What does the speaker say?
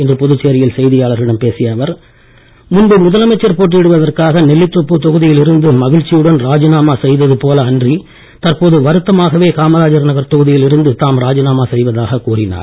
இன்று புதுச்சேரியில் செய்தியாளர்களிடம் பேசிய அவர் முன்பு முதலமைச்சர் போட்டியிடுவதற்காக நெல்லித்தோப்பு தொகுதியில் இருந்து மகிழ்ச்சியுடன் ராஜினாமா செய்தது போலன்றி தற்போது வருத்தமாகவே காமராஜ் நகர் தொகுதியில் இருந்து தாம் ராஜினாமா செய்வதாகக் கூறினார்